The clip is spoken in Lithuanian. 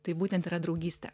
tai būtent yra draugystė